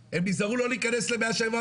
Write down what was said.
כמעט הם נזהרו לא להיכנס למאה שערים.